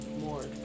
more